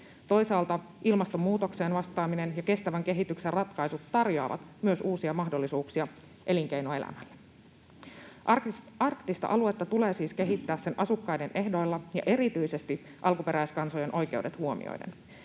Toisaalta ilmastonmuutokseen vastaaminen ja kestävän kehityksen ratkaisut tarjoavat myös uusia mahdollisuuksia elinkeinoelämälle. Arktista aluetta tulee siis kehittää sen asukkaiden ehdoilla ja erityisesti alkuperäiskansojen oikeudet huomioiden.